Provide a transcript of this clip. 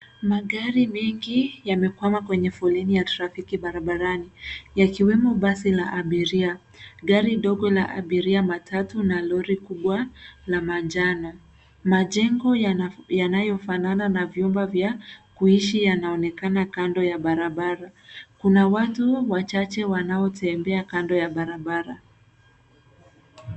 Magari mengi yamekwama kwenye foleni ya trafiki barabarani yakiwemo basi la abiria, gari dogo la abiria, matatu na lori kubwa la manjano. Majengo yanayofanana na vyumba vya kuishi yanaonekana kando ya barabara. Kuna watu wachache wanaotembea kando ya barabara.